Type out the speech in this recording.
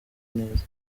neza